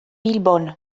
bilbon